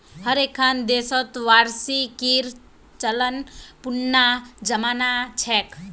हर एक्खन देशत वार्षिकीर चलन पुनना जमाना छेक